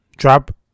Drop